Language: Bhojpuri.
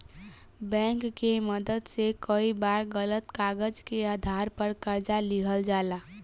बैंक के मदद से कई बार गलत कागज के आधार पर कर्जा लिहल जाला